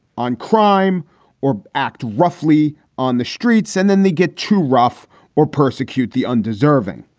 on crime or act roughly on the streets and then they get too rough or persecute the undeserving.